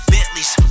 Bentleys